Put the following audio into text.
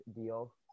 deal